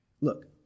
Look